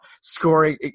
scoring